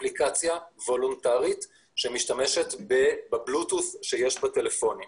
אפליקציה וולונטרית שמשתמשת בבלוטוס שיש בטלפונים.